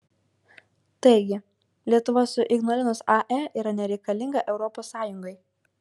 taigi lietuva su ignalinos ae yra nereikalinga europos sąjungai